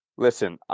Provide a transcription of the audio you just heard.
Listen